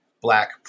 Black